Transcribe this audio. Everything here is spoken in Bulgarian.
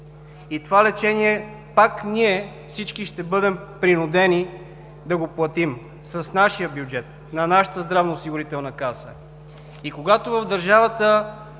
И това лечение пак ние всички ще бъдем принудени да го платим, с нашия бюджет, на нашата Здравноосигурителна каса. И когато в държавата